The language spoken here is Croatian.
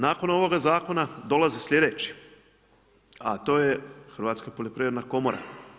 Nakon ovoga zakona dolazi sljedeći, a to je Hrvatska poljoprivredna komora.